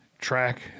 track